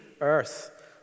earth